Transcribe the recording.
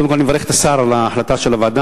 קודם כול, אני מברך את השר על ההחלטה של הוועדה.